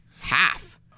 half